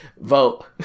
vote